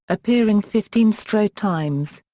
appearing fifteen straight times.